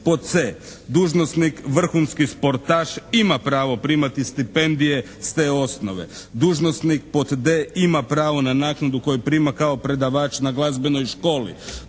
Pod c): dužnosnik, vrhunski sportaš ima pravo primati stipendije s te osnove. Dužnosnik pod d) ima pravo na naknadu koju prima kao predavač na glazbenoj školi,